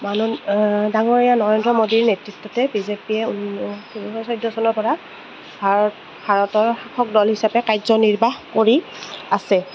মান ডাঙৰীয়া নৰেন্দ্ৰ মোদীৰ নেতৃত্বতে বি জে পিয়ে দুহেজাৰ চৈধ্য চনৰ পৰা ভাৰত ভাৰতৰ শাসক দল হিচাপে কাৰ্য নিৰ্বাহ কৰি আছে